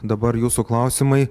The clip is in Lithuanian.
dabar jūsų klausimai